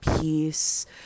peace